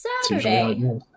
Saturday